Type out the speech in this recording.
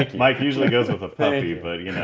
like mike usually goes with a puppy but yeah